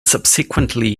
subsequently